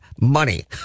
money